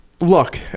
look